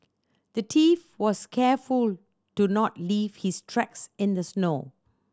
the thief was careful to not leave his tracks in the snow